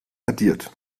addiert